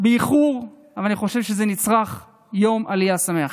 באיחור, אבל אני חושב שזה נדרש, יום עלייה שמח.